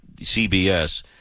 CBS